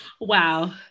Wow